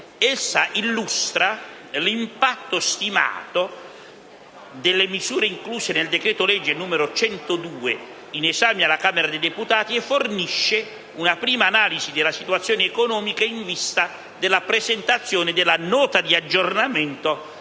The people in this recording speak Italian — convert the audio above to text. Essa illustra l'impatto stimato delle misure incluse nel decreto-legge n. 102 in esame alla Camera dei deputati e fornisce una prima analisi della situazione economica in vista della presentazione della Nota di aggiornamento